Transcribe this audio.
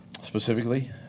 Specifically